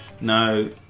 No